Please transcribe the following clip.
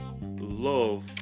love